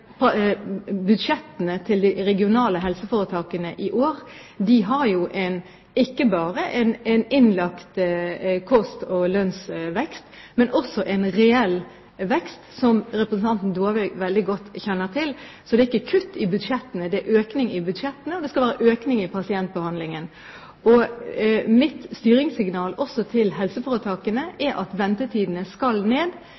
budsjettene til de regionale helseforetakene i år har ikke bare en innlagt kost- og lønnsvekst, men også en reell vekst, som representanten Dåvøy kjenner veldig godt til. Så det er ikke kutt i budsjettene; det er en økning i budsjettene, og det skal være en økning i pasientbehandlingen. Mitt styringssignal også til helseforetakene er at ventetidene skal ned.